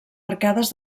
arcades